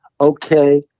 okay